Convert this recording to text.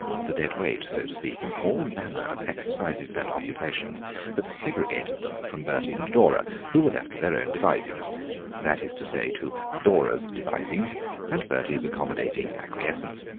the deadweight, so to speak, in all manner of exercises and occupations that segregated them from bertie and dora, who were left to their own devisings that is to say, to dora's devisings and bertie's accommodating acquiescence.